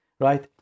right